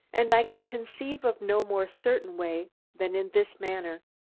and i could conceive of no more certain way than in this manner.